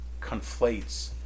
conflates